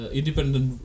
independent